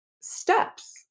steps